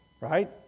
right